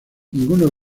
ninguno